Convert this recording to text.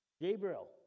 Gabriel